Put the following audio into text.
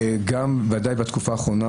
ודאי בתקופה האחרונה.